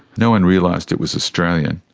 no one realised it was australian.